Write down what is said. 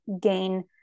gain